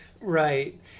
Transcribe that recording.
Right